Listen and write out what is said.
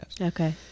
Okay